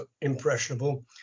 impressionable